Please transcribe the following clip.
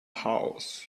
house